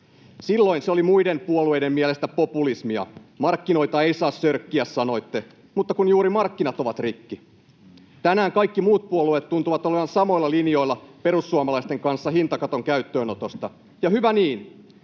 Silloin se oli muiden puolueiden mielestä populismia. ”Markkinoita ei saa sörkkiä”, sanoitte, mutta kun juuri markkinat ovat rikki. Tänään kaikki muut puolueet tuntuvat olevan samoilla linjoilla perussuomalaisten kanssa hintakaton käyttöönotosta, ja hyvä niin.